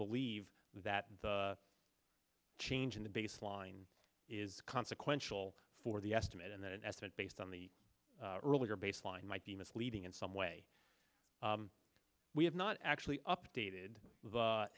believe that the change in the baseline is consequential for the estimate and then an estimate based on the earlier baseline might be misleading in some way we have not actually updated the